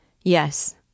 Yes